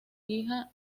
hija